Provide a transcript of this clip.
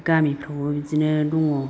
गामिफ्रावबो बिदिनो दङ